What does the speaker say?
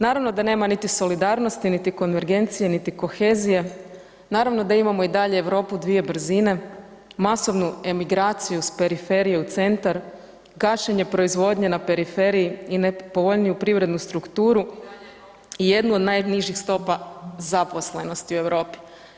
Naravno da nema niti solidarnosti, niti konvergencije, niti kohezije, naravno da imamo i dalje Europu dvije brzine, masovnu emigraciju s periferije u centar, gašenje proizvodnje na periferiji i nepovoljniju privrednu strukturu i jednu od najnižih stopa zaposlenosti u Europi.